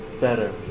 better